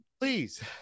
please